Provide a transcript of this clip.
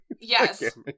Yes